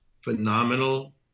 Phenomenal